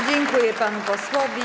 Dziękuję panu posłowi.